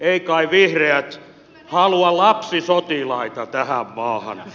eivät kai vihreät halua lapsisotilaita tähän maahan